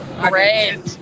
Great